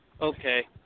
okay